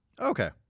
Okay